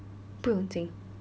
不用紧